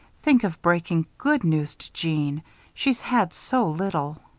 think of breaking good news to jeanne she's had so little.